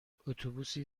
اتوبوسی